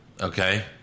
Okay